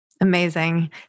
Amazing